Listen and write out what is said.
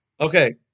Okay